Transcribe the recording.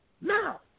Now